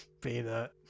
peanut